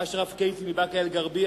אשרף קייסי מבאקה-אל-ע'רביה,